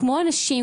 כמו אנשים,